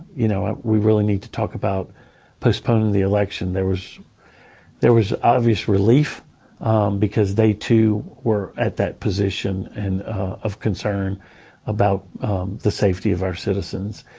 you know, we really need to talk about postponing the election, there was there was obvious relief because they too were at that position and of concern about the safety of our citizens.